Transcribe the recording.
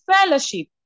fellowship